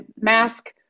mask